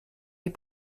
les